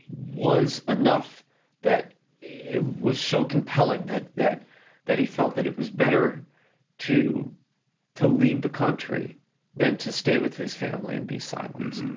was enough that it was so compelling that that he felt that it was better to to leave the country than to stay with his family and be silenced.